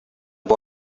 boy